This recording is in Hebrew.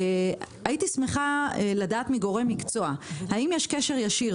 הייתי שמחה לדעת מגורם מקצוע האם יש קשר ישיר